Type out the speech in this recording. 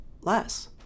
less